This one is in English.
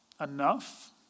enough